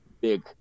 big